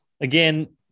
again